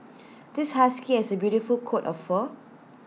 this husky has A beautiful coat of fur